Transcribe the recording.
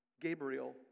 Gabriel